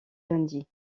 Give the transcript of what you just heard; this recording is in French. lundi